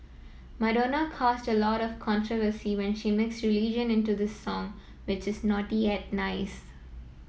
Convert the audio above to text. Madonna caused a lot of controversy when she mixed religion into this song which is naughty yet nice